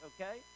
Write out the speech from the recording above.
okay